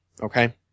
okay